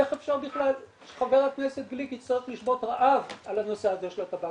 איך אפשר בכלל שחבר הכנסת גליק יצטרך לשבות רעב על הנושא הזה של הטבק,